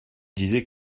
disais